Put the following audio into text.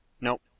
Nope